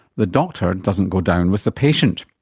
the doctor doesn't go down with the patient.